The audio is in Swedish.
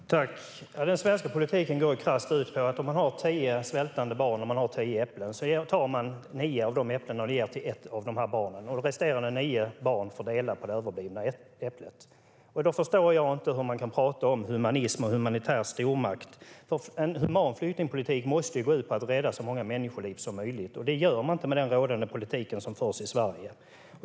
Fru talman! Den svenska politiken går krasst ut på att om man har tio svältande barn och tio äpplen så tar man nio av de äpplena och ger till ett av barnen. Resterande nio barn får dela på det överblivna äpplet. Då förstår jag inte hur man kan prata om humanism och att vara en humanitär stormakt. En human flyktingpolitik måste ju gå ut på att rädda så många människoliv som möjligt, och det gör man inte med den rådande politiken som förs i Sverige.